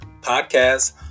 podcast